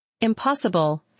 Impossible